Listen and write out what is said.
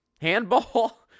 handball